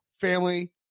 family